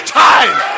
time